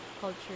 culture